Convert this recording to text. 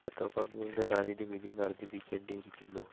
petrol പമ്പുകളുടെ സാന്നിധ്യം ഇനിയും വർദ്ധിപ്പിക്കേണ്ടിയിരിക്കുന്നു